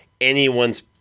anyone's